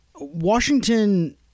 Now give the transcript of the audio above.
Washington